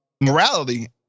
morality